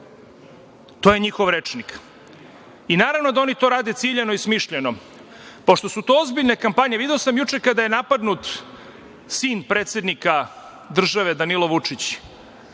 To je njihov rečnik. Naravno da oni to rade ciljano i smišljeno, pošto su to ozbiljne kampanje. Video sam juče kada je napadnut sin predsednika države, Danilo Vučić.